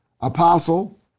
Apostle